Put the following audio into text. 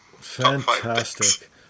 Fantastic